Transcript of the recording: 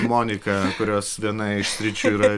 monika kurios viena iš sričių yra